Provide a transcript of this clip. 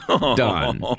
Done